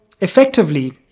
effectively